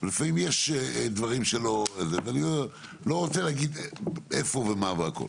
לפעמים יש דברים שלא ואני לא רוצה להגיד איפה ומה והכל,